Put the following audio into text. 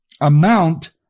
amount